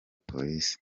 polisi